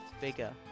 bigger